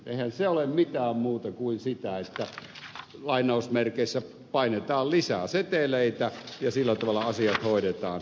eihän se ole mitään muuta kuin sitä että painetaan lisää seteleitä ja sillä tavalla asiat hoidetaan